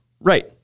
Right